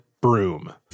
broom